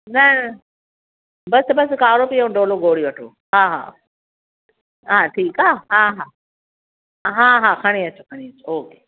न बसि बसि काड़ो पीओ डोलो गोरी वठो हा हा ठीकु आहे हा हा हा हा खणी अचो खणी अचो ओके